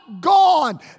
gone